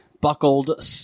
buckled